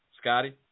Scotty